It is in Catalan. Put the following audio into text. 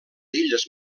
illes